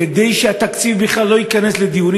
כדי שהתקציב בכלל לא ייכנס לדיונים